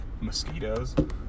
mosquitoes